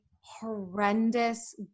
horrendous